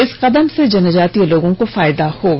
इस कदम से जनजातीय लोगों को फायदा होगा